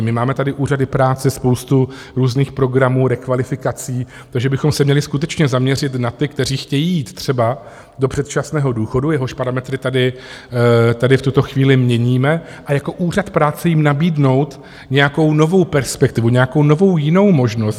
My máme tady úřady práce, spoustu různých programů, rekvalifikací, takže bychom se měli skutečně zaměřit na ty, kteří chtějí jít třeba do předčasného důchodu, jehož parametry tady v tuto chvíli měníme, a jako úřad práce jim nabídnout nějakou novou perspektivu, nějakou novou jinou možnost.